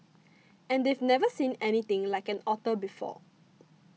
and they've never seen anything like an otter before